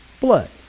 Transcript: blood